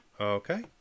Okay